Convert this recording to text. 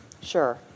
Sure